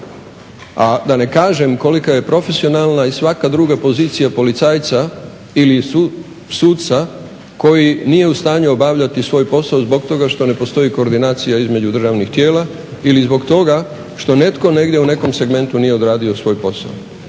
a da ne kažem kolika je profesionalna i svaka druga pozicija policajca ili suca koji nije u stanju obavljati svoj posao zbog toga što ne postoji koordinacija između državnih tijela ili zbog toga što netko negdje u nekom segmentu nije odradio svoj posao.